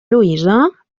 lluïsa